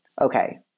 okay